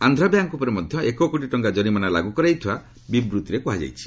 Andhra bank ଉପରେ ମଧ୍ୟ ଏକ କୋଟି ଟଙ୍କା ଜରିମାନା ଲାଗୁ କରାଯାଇଥିବା ବିବୃତ୍ତିରେ କ୍ରହାଯାଇଛି